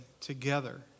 together